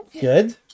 Good